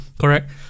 correct